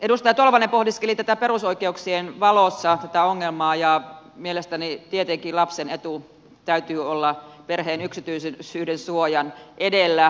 edustaja tolvanen pohdiskeli perusoikeuksien valossa tätä ongelmaa ja mielestäni tietenkin lapsen edun täytyy olla perheen yksityisyydensuojan edellä